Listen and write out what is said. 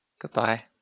Goodbye